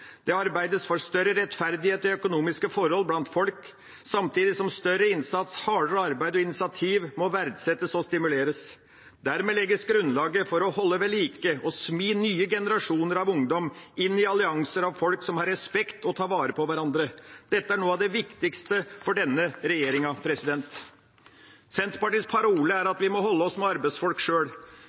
Det arbeides for større rettferdighet i økonomiske forhold blant folk, samtidig som større innsats, hardere arbeid og initiativ må verdsettes og stimuleres. Dermed legges grunnlaget for å holde ved like og smi nye generasjoner av ungdom inn i allianser av folk som har respekt for og tar vare på hverandre. Dette er noe av det viktigste for denne regjeringa. Senterpartiets parole er at vi må holde oss med arbeidsfolk sjøl.